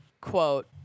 quote